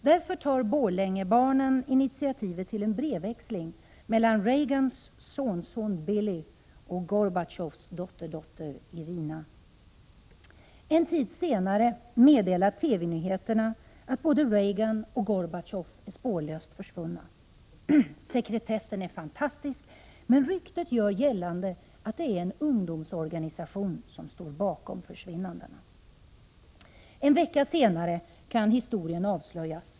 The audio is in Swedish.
Därför tar Borlängebarnen initiativet till en brevväxling mellan Reagans sonson Billy och Gorbatjovs dotterdotter Irina. En tid senare meddelar TV-nyheterna att både Reagan och Gorbatjov är spårlöst försvunna. Sekretessen är ”fantastisk”, men ryktet gör gällande att det är en ungdomsorganisation som står bakom försvinnandena. En vecka senare kan historien avslöjas.